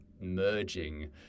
merging